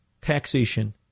taxation